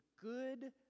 good